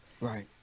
right